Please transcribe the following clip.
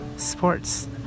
sports